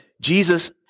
Jesus